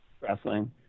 wrestling